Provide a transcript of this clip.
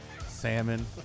Salmon